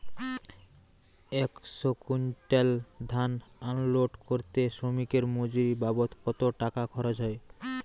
একশো কুইন্টাল ধান আনলোড করতে শ্রমিকের মজুরি বাবদ কত টাকা খরচ হয়?